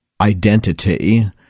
identity